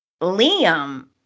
Liam